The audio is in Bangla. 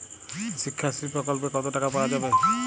শিক্ষাশ্রী প্রকল্পে কতো টাকা পাওয়া যাবে?